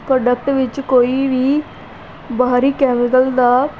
product ਵਿੱਚ ਕੋਈ ਵੀ ਬਾਹਰੀ ਕੈਮੀਕਲ ਦਾ